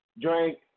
drink